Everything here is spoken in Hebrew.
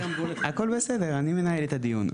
הכול בסדר, אני מנהל את הדיון.